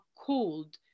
called